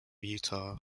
utah